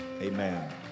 Amen